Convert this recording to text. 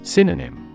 Synonym